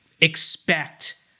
expect